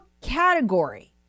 category